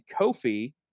Kofi